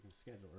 schedule